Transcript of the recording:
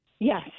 Yes